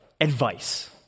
advice